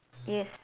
yes